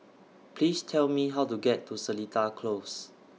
Please Tell Me How to get to Seletar Close